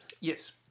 yes